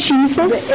Jesus